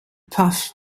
puffed